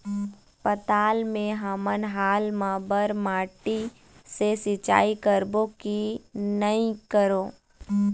पताल मे हमन हाल मा बर माटी से सिचाई करबो की नई करों?